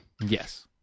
Yes